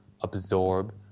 absorb